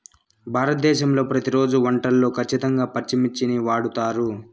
భారతదేశంలో ప్రతిరోజు వంటల్లో ఖచ్చితంగా పచ్చిమిర్చిని వాడుతారు